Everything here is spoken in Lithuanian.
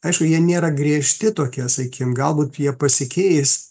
aišku jie nėra griežti tokie sakykim galbūt jie pasikeis